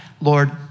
Lord